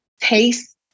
taste